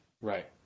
Right